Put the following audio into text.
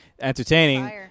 entertaining